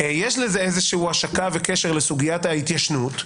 יש לזה השקה וקשר כלשהם לסוגיית ההתיישנות.